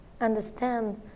understand